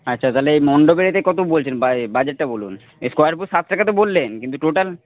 আচ্ছা তাহলে এই মণ্ডপের এটা কত বলছেন বাজেটটা বলুন এর স্কোয়ার ফুট সাত টাকা তো বললেন কিন্তু টোটাল